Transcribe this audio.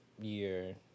year